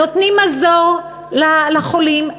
נותנים מזור לחולים.